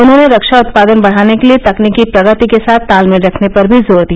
उन्होंने रक्षा उत्पादन बढ़ाने के लिए तकनीकी प्रगति के साथ तालमेल रखने पर भी जोर दिया